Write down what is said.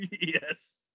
Yes